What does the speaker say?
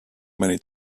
many